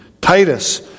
Titus